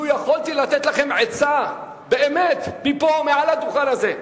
לו יכולתי לתת לכם עצה, באמת, מפה, מעל הדוכן הזה,